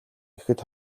гэхэд